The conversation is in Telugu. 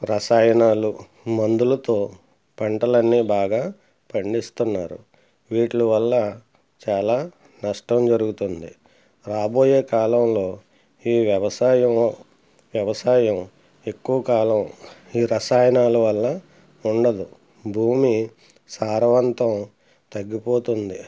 రసాయనాలు మందులతో పంటలన్నీ బాగా పండిస్తున్నారు వీటి వల్ల చాలా నష్టం జరుగుతుంది రాబోయే కాలంలో ఈ వ్యవసాయము వ్యవసాయం ఎక్కువ కాలం ఈ రసాయనాలు వల్ల ఉండదు భూమి సారవంతం తగ్గిపోతుంది